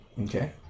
Okay